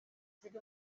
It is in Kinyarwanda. ziri